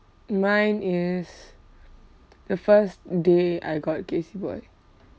mine is the first day I got casey boy